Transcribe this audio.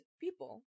people